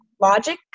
logic